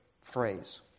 phrase